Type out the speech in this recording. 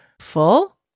full